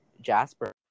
Jasper